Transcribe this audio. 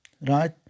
right